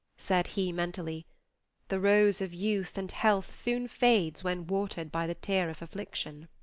said he mentally the rose of youth and health soon fades when watered by the tear of affliction.